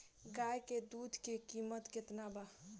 गाय के दूध के कीमत केतना बा?